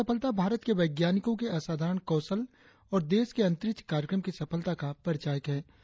यह सफलता भारत के वैज्ञानिकों के असाधारण कौशल और देश के अंतरिक्ष कार्यक्रम की सफलता का परिचायक है